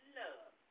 love